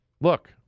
look